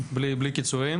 בלי קיצורים